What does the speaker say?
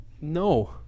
No